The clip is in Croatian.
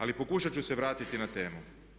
Ali pokušat ću se vratiti na temu.